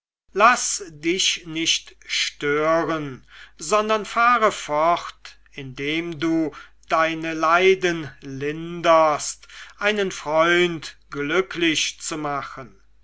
laß dich nicht stören sondern fahre fort indem du deine leiden linderst einen freund glücklich zu machen